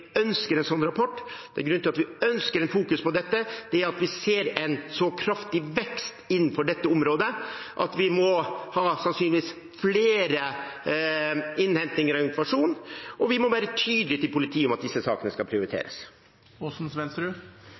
ønsker å ha dette i fokus, og det er at vi ser en så kraftig vekst innenfor dette området at vi sannsynligvis må ha mer innhenting av informasjon, og vi må være tydelige overfor politiet om at disse sakene skal